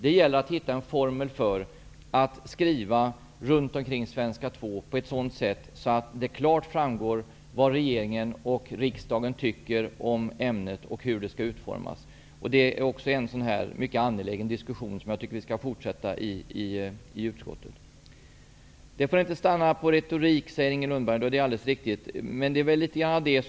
Det gäller att hitta en formel för att skriva om svenska 2 på ett sådant sätt att det klart framgår vad regeringen och riksdagen tycker om ämnet och hur det skall utformas. Det är också en mycket angelägen diskussion som jag tycker att vi skall fortsätta i utskottet. Inger Lundberg säger att vi inte får stanna vid retorik. Det är alldeles riktigt.